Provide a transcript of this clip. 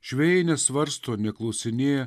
žvejai nesvarsto neklausinėja